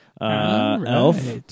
elf